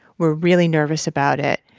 we're really nervous about it.